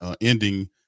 ending